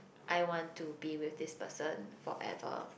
I want to be with this person forever